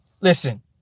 Listen